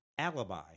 alibi